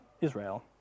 Israel